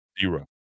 Zero